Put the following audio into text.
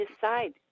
decide